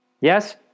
yes